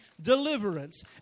deliverance